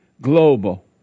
global